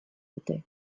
dute